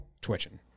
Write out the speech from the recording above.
twitching